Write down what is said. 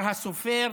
אמר הסופר